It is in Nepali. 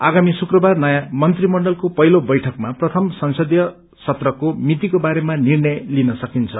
आगामी श्रुक्रबार नयौं मन्त्रीमण्डलको पहिलो वैठकमा प्रथम संसदीय सत्रको तारिखको बारेमा निर्णय ँलिन सकिन्छ